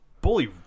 bully